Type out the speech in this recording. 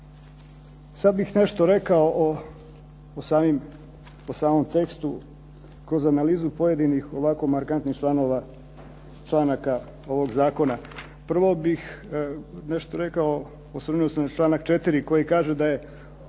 Sada bih nešto rekao o samom tekstu kroz analizu pojedinih ovako markantnih članaka ovog zakona. Prvo bih rekao nešto na članak 4. koji kaže da je